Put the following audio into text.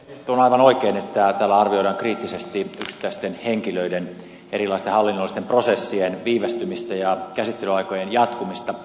nyt on aivan oikein että täällä arvioidaan kriittisesti yksittäisten henkilöiden erilaisten hallinnollisten prosessien viivästymistä ja käsittelyaikojen jatkumista